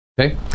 Okay